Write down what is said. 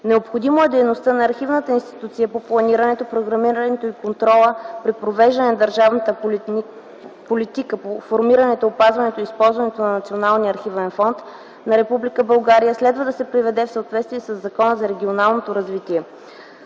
Необходимо е дейността на архивната институция по планирането, програмирането и контрола при провеждане на държавната политика по формирането, опазването и използването на Националния архивен фонд на Република България да се приведе в съответствие със Закона за регионалното развитие.